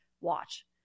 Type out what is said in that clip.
watch